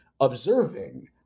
observing